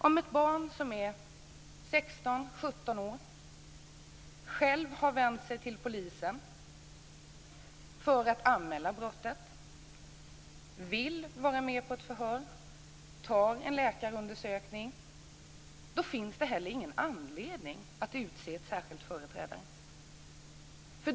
Om ett barn som är 16-17 år och självt har vänt sig till polisen för att anmäla brottet, vill vara med på ett förhör och vill genomgå en läkarundersökning finns det ingen anledning att utse en särskild företrädare.